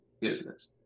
business